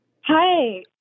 Hi